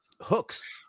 Hooks